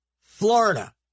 Florida